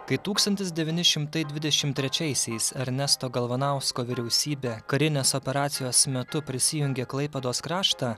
kai tūkstantis devyni šimtai dvidešimt trečiaisiais ernesto galvanausko vyriausybė karinės operacijos metu prisijungė klaipėdos kraštą